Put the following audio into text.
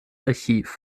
archiv